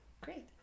great